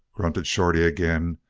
grunted shorty again,